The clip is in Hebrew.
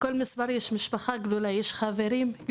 לכול מספר יש משפחה גדולה, יש חברים.